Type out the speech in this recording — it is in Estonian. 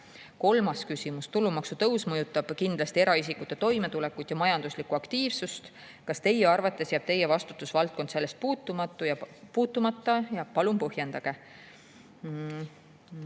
Kolmas küsimus: "Tulumaksu tõus mõjutab kindlasti eraisikute toimetulekut ja majanduslikku aktiivsust. Kas Teie arvates jääb Teie vastutusvaldkond sellest puutumata? Palun põhjendage."